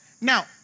Now